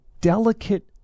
delicate